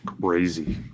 crazy